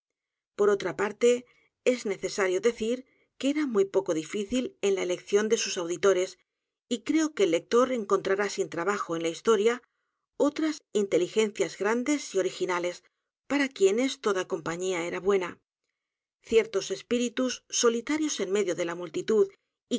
r otra parte es necesario decir que era muy poco difícil en la elección de sus auditores y creo que el lector encontrará sin trabajo en la historia otras inteligencias grandes y originales para quienes toda compañía era buena ciertos espíritus solitarios en medio de la multitud